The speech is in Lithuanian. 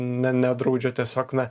ne nedraudžia tiesiog na